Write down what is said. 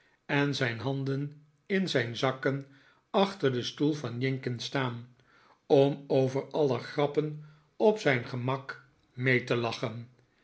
en zijn handen in zijn zakken achter den stoel van jinkins staar om over alle grappen op zijn gemak mee te lachen